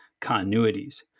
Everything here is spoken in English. continuities